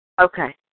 Okay